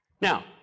Now